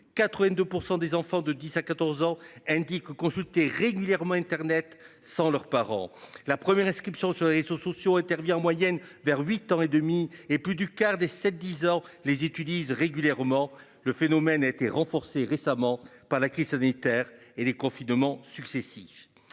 82% des enfants de 10 à 14 ans, indique consulter régulièrement Internet sans leurs parents la première inscription sur les seaux sociaux intervient en moyenne vers huit ans et demi et plus du quart des 7 10 ans les étudie régulièrement le phénomène a été renforcé récemment par la crise sanitaire et les confinements successifs.